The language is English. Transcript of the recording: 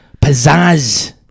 pizzazz